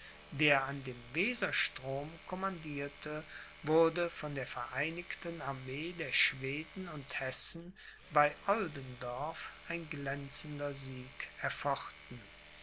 der an dem weserstrom commandierte wurde von der vereinigten armee der schweden und hessen bei oldendorf ein glänzender sieg erfochten